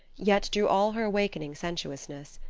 yet drew all her awakening sensuousness.